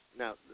Now